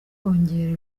kongerera